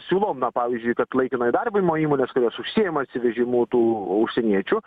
siūlome pavyzdžiui kad laikino įdarbinimo įmonės kurios užsiima atsivežimu tų užsieniečių